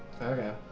okay